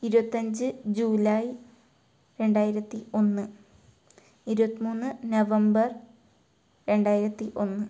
ഇരുപത്തി അഞ്ച് ജൂലൈ രണ്ടായിരത്തി ഒന്ന് ഇരുപത്തി മൂന്ന് നവംബർ രണ്ടായിരത്തി ഒന്ന്